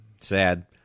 sad